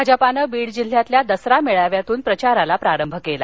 भाजपानं बीड जिल्ह्यातील दसरा मेळव्यातून प्रचाराला प्रारंभ केला